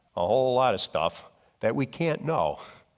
a whole lot of stuff that we can't know